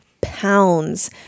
pounds